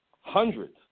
hundreds